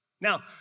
Now